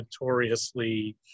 notoriously